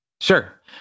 Sure